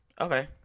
Okay